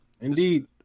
Indeed